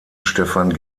stefan